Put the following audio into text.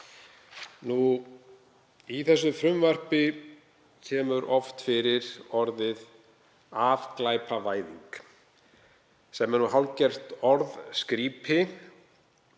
Í þessu frumvarpi kemur oft fyrir orðið afglæpavæðing, sem er nú hálfgert orðskrípi,